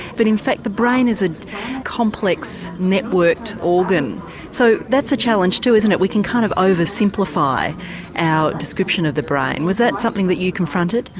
but in fact the brain is a complex networked organ so that's a challenge too, isn't it, we can kind of over simplify our description of the brain. was that something that you confronted?